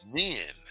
men